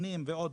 מבנים ועוד,